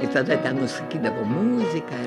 ir tada ten nu sakydavo muzika